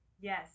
Yes